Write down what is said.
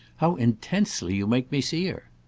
how intensely you make me see her!